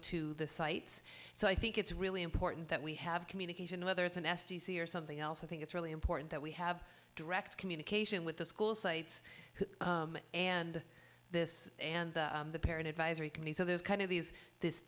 to the sites so i think it's really important that we have communication whether it's an s t c or something else i think it's really important that we have direct communication with the school sites and this and the parent advisory committee so there's kind of these this